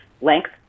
Length